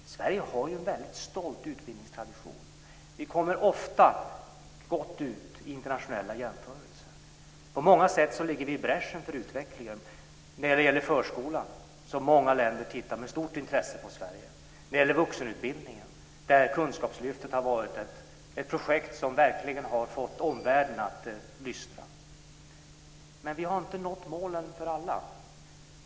Sverige har ju en väldigt stolt utbildningstradition. Vi ligger ofta bra till i internationella jämförelser. På många sätt ligger vi i bräschen för utvecklingen, t.ex. när det gäller förskolan, där många länder tittar med stort intresse på Sverige, och när det gäller vuxenutbildningen, där Kunskapslyftet har varit ett projekt som verkligen har fått omvärlden att lyssna. Men vi har inte nått målen för alla.